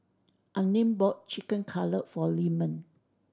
Unnamed bought Chicken Cutlet for Lyman